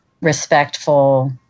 respectful